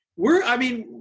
we're, i mean,